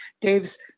Dave's